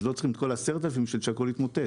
אז לא יצטרכו את כל ה-10,000 בשביל שהכול יתמוטט.